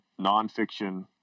nonfiction